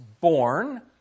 born